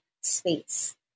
space